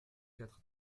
quatre